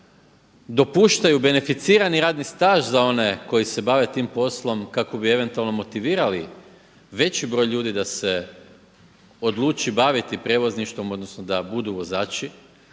dopuštaju beneficirani radni staž za one koji se bave tim poslom kako bi eventualno motivirali veći broj ljudi da se odluči baviti prijevozništvom odnosno da budu vozači